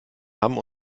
hamm